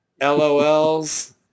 LOLs